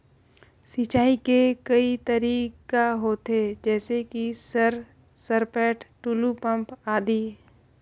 सिंचाई के कई तरीका होथे? जैसे कि सर सरपैट, टुलु पंप, आदि?